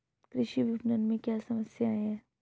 कृषि विपणन में क्या समस्याएँ हैं?